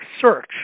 search